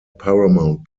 paramount